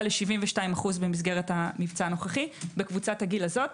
ל-72% במסגרת המבצע הנוכחי בקבוצת הגיל הזו.